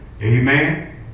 Amen